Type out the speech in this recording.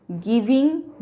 Giving